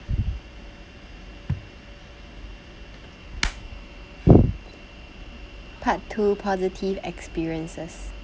part two positive experiences